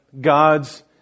God's